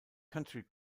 country